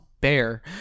bear